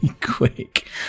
quick